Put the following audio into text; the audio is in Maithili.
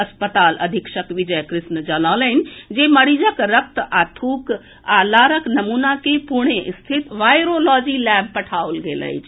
अस्पताल अधीक्षक विजय कृष्ण जनौलनि जे मरीजक रक्त थूक आ लारक नमूना के पुणे स्थित वायरोलॉजी लैब पठाओल गेल अछि